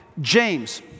James